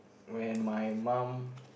when my mum